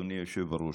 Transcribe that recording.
אדוני היושב-ראש.